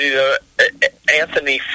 Anthony